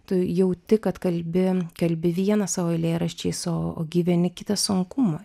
tu jauti kad kalbi kalbi vieną savo eilėraščiais o gyveni kitą sunkumą